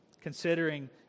considering